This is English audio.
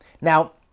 Now